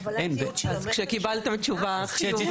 צ'ט GPT